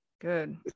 good